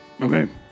okay